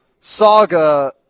saga